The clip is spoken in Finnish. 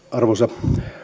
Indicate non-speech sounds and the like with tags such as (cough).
(unintelligible) arvoisa